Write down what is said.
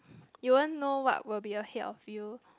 you won't know what will be ahead of you